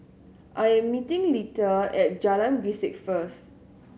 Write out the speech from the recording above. I'm meeting Letha at Jalan Grisek first